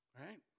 Right